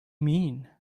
mean